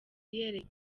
yerekanye